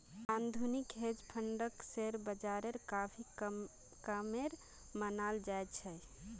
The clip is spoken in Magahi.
आधुनिक हेज फंडक शेयर बाजारेर काफी कामेर मनाल जा छे